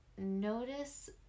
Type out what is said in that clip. Notice